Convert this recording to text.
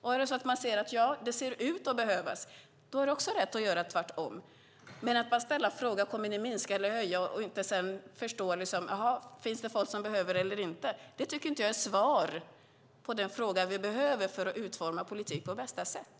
Och tycker man att det ser ut att behövas är det rätt att göra tvärtom. Men jag tycker inte att man bara ska ställa frågan om de kommer att minska eller höja och sedan inte förstå om det finns folk som behöver det eller inte. Det tycker inte jag är det svar som vi behöver för att utforma politik på bästa sätt.